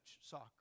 soccer